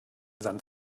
sand